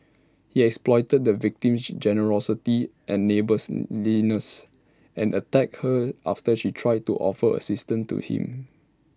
he exploited the victim's generosity and neighbours and attacked her after she tried to offer assistance to him